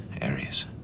areas